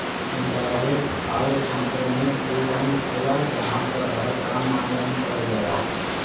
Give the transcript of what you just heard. direct आउर internet उ bank होला जहां पर हर काम ऑनलाइन करल जाला